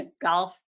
golf